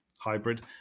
hybrid